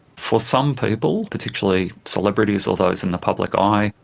for some people, particularly celebrities or those in the public eye,